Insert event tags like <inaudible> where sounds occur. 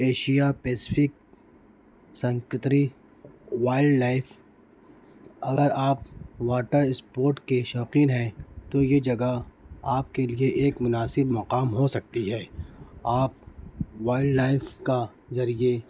Asia Pacific <unintelligible> wild life اگر آپ water sport کے شوقین ہیں تو یہ جگہ آپ کے لیے ایک مناسب مقام ہو سکتی ہے آپ وائلڈ لائف کا ذریعے